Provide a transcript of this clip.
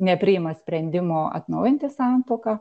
nepriima sprendimo atnaujinti santuoką